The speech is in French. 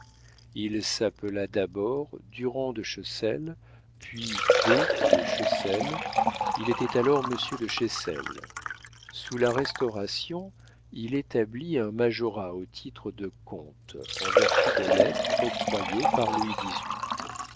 il s'appela d'abord durand de chessel puis d de chessel il était alors monsieur de chessel sous la restauration il établit un majorat au titre de comte en vertu de lettres octroyées par louis xviii